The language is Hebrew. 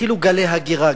התחילו גלי הגירה,